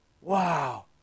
Wow